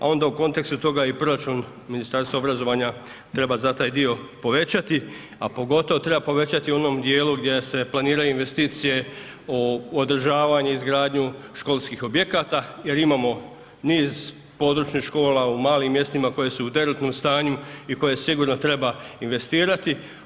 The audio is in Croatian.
A onda u kontekstu toga i proračun Ministarstva obrazovanja treba za taj dio povećati, a pogotovo treba povećati u onom dijelu gdje se planiraju investicije o održavanju i izgradnji školskih objekata jer imamo niz područnih škola u malim mjestima koje su u derutnom stanju i koje sigurno treba investirati.